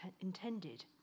intended